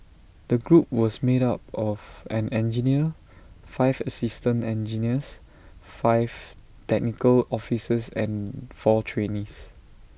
the group was made up of an engineer five assistant engineers five technical officers and four trainees